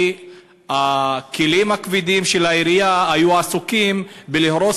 כי הכלים הכבדים של העירייה היו עסוקים בלהרוס